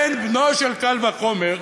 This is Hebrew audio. בן-בנו של קל וחומר,